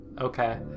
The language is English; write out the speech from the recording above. Okay